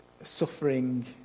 suffering